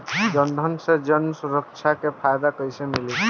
जनधन से जन सुरक्षा के फायदा कैसे मिली?